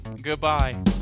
Goodbye